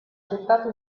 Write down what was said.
gettato